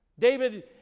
David